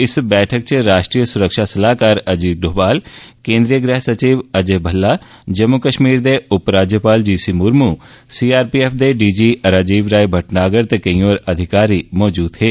इस बैठक च राष्ट्रीय सुरक्षा सलाहकार अजीत डोभाल केंद्रीय गृह सचिव अजय भल्ला जम्मू कश्मीर दे उपराज्यपाल जी सी मुरमू सीआरपीएफ दे डीजी राजीव राय भटनागर ते केंई होर अधिकारी मौजूद हे